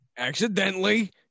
Accidentally